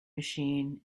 machine